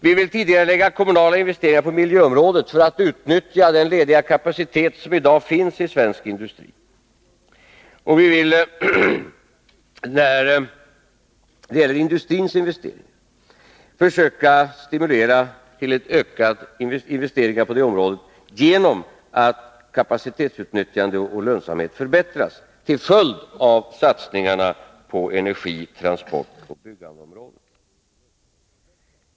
Vi vill tidigarelägga kommunala investeringar på miljöområdet för att utnyttja den lediga kapacitet som i dag finns i svensk industri, och vi vill försöka stimulera industrins investeringar genom att kapacitetsutnyttjande och lönsamhet förbättras till följd av satsningarna på energi-, transportoch byggandeområdet.